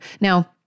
Now